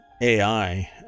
AI